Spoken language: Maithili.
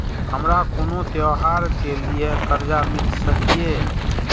हमारा कोनो त्योहार के लिए कर्जा मिल सकीये?